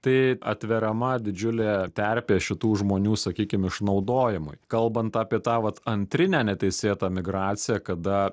tai atveriama didžiulė terpė šitų žmonių sakykim išnaudojimui kalbant apie tą vat antrinę neteisėtą migraciją kada